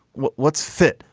what's fit?